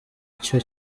cyo